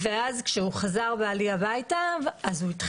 ואז כשחזר בעלי הביתה, הוא היה